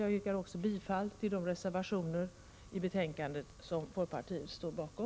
Jag yrkar också bifall till de reservationer till betänkandet som folkpartiet står bakom.